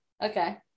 Okay